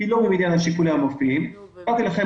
היא לא ממניין השיקולים --- נתתי לכם